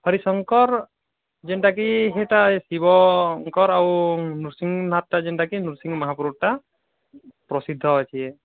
ହରିଶଙ୍କର୍ ଯେନ୍ତା କି ହେଟା ଶିବଙ୍କର୍ ଆଉ ନୃସିଂହ ନାଥ ଯେନ୍ଟାକି ନୃସିଂହ ମହାପ୍ରଭୁଟା ପ୍ରସିଦ୍ଧ ଅଛି